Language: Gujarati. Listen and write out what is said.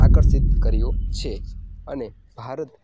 આકર્ષિત કર્યો છે અને ભારત